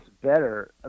better